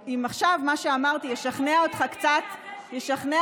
או אם עכשיו מה שאמרתי ישכנע אותך קצת ללמוד,